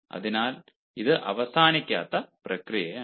അതിനാൽ ഇത് അവസാനിക്കാത്ത പ്രക്രിയയാണ്